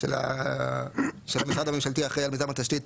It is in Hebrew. של המשרד הממשלתי האחראי על מיזם התשתית